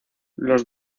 los